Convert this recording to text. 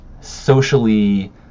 socially